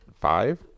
five